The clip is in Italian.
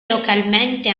localmente